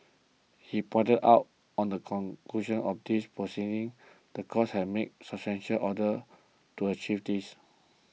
he pointed out on the conclusion of these proceedings the court had made substantial orders to achieve this